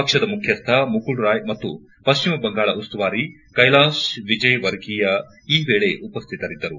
ಪಕ್ಷದ ಮುಖ್ಯಸ್ಥ ಮುಕುಲ್ ರಾಯ್ ಮತ್ತು ಪಶ್ಚಿಮ ಬಂಗಾಳ ಉಸ್ತುವಾರಿ ಕೈಲಾಶ್ ವಿಜಯ್ವರ್ಗೀಯ ಈ ವೇಳೆ ಉಪಸ್ಥಿತರಿದ್ದರು